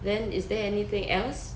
then is there anything else